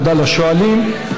תודה לשואלים.